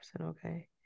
okay